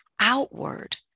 outward